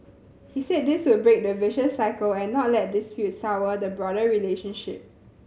he said this would break the vicious cycle and not let disputes sour the broader relationship